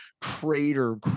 crater